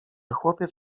chłopiec